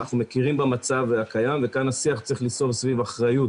אנחנו מכירים במצב הקיים וכאן השיח צריך להיסוב סביב אחריות